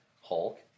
Hulk